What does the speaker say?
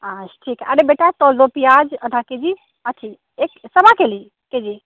आछ ठीक है अरे बेटा तौल दो प्याज आधा केजी अथी एक सवा केलि केजी